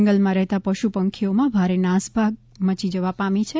જંગલમાં રહેતા પશુ પંખીઓમાં ભારે નાસભાગ મચી જવા પામી છે